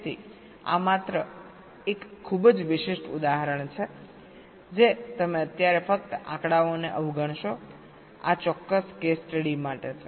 તેથી આ માત્ર એક ખૂબ જ વિશિષ્ટ ઉદાહરણ છે જે તમે અત્યારે ફક્ત આંકડાઓને અવગણશો આ ચોક્કસ કેસ સ્ટડી માટે છે